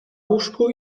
łóżku